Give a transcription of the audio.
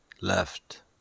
left